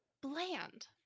bland